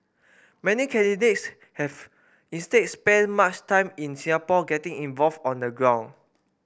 many candidates have instead spent much time in Singapore getting involved on the ground